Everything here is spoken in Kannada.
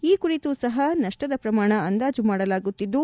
ಈ ಕುರಿತೂ ಸಹ ನಷ್ಲದ ಪ್ರಮಾಣ ಅಂದಾಜು ಮಾಡಲಾಗುತ್ತಿದ್ದು